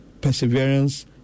perseverance